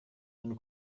den